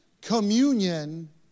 communion